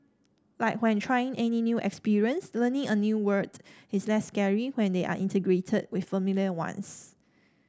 like when trying any new experience learning a new word is less scary when they are integrated with familiar ones